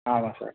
ஆமாம் சார்